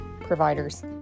providers